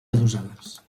adossades